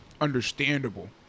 understandable